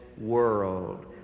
world